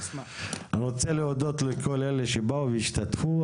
אני רוצה להודות לכל אלה שבאו והשתתפו,